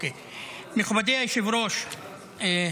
מכובדי היושב-ראש,